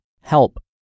help